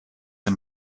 een